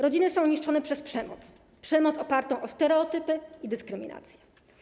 Rodziny są niszczone przez przemoc - przemoc opartą o stereotypy i dyskryminację.